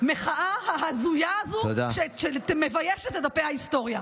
של המחאה ההזויה הזאת, שמביישת את דפי ההיסטוריה.